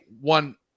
one